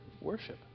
worship